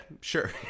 sure